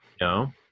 no